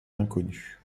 inconnue